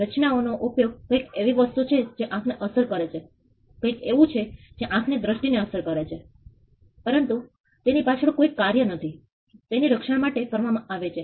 રચનાઓ નો ઉપયોગ કંઈક એવી વસ્તુ કે જે આંખ ને અસર કરે કંઈક એવું કે જે આંખ ની દ્રષ્ટિ ને અસર કરે પરંતુ તેની પાછળ તેનું કોઈ કાર્ય નથી તેના રક્ષણ માટે કરવામાં આવે છે